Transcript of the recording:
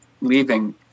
leaving